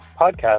podcast